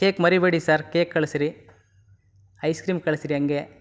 cake ಮರೀಬೇಡಿ sir cake ಕಳಿಸ್ರಿ ice cream ಕಳಿಸ್ರಿ ಹಾಗೇ